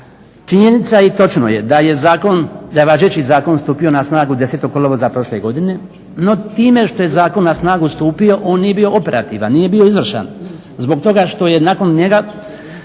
Činjenica i točno je da je zakon, da je važeći zakon stupio na snagu 10. kolovoza prošle godine. No, time što je zakon na snagu stupio on nije bio operativan, nije bio izvršan. Zbog toga što je nakon njega